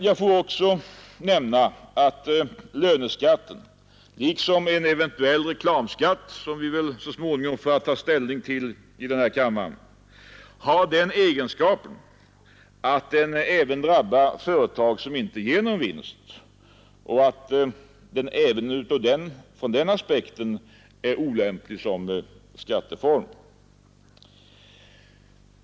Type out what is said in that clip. Får jag också nämna att löneskatten — liksom en eventuell reklamskatt som vi väl så småningom får ta ställning till i kammaren — har den egenskapen, att den även drabbar företag som inte ger någon vinst och att den även ur den aspekten är olämplig som skatteform.